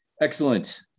excellent